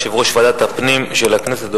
יושב-ראש ועדת הפנים של הכנסת.